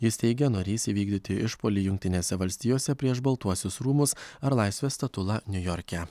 jis teigė norintis įvykdyti išpuolį jungtinėse valstijose prieš baltuosius rūmus ar laisvės statulą niujorke